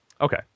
Okay